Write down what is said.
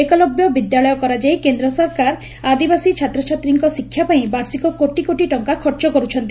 ଏକଲବ୍ୟ ବିଦ୍ୟାଳୟ କରାଯାଇ କେନ୍ଦ୍ର ସରକାର ଆଦିବାସୀ ଛାତ୍ରଛାତ୍ରୀଙ୍କ ଶିକ୍ଷା ପାଇଁ ବାର୍ଷିକ କୋଟିକୋଟି ଟଙ୍କା ଖର୍ଚ କରୁଛନ୍ତି